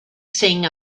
sing